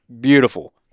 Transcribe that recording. beautiful